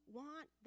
want